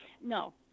No